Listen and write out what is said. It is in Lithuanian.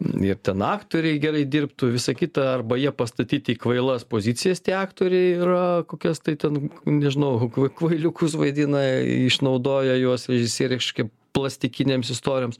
ir ten aktoriai gerai dirbtų visą kitą arba jie pastatyti į kvailas pozicijas tie aktoriai yra kokias tai ten nežinau hu kv kvailiukus vaidina išnaudoja juos režisieriai kažkokie plastikinėms istorijoms